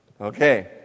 Okay